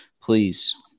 please